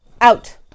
out